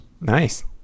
Nice